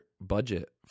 budget